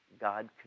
God